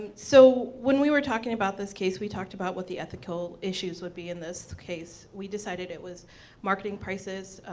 so when we were talking about this case, we talked about what the ethical issues would be in this case. we decided that was marketing prices,